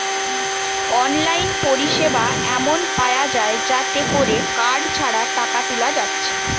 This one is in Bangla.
অনলাইন পরিসেবা এমন পায়া যায় যাতে কোরে কার্ড ছাড়া টাকা তুলা যাচ্ছে